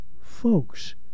Folks